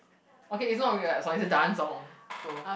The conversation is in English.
okay it's not really like a song it's a dance song so